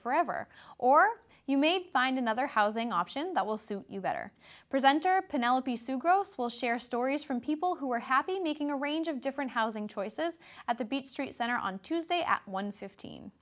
forever or you may find another housing option that will suit you better presenter penelope sucrose will share stories from people who are happy making a range of different housing choices at the beach street center on tuesday at one fifteen